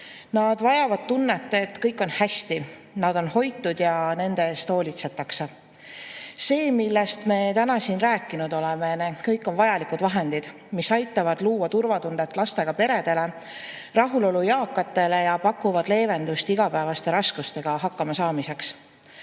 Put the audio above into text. Nad vajavad tunnet, et kõik on hästi, nad on hoitud ja nende eest hoolitsetakse. See, millest me täna siin rääkinud oleme – need kõik on vajalikud vahendid, mis aitavad luua turvatunnet lastega peredele, rahulolu eakatele ja pakuvad leevendust igapäevaste raskustega hakkamasaamiseks.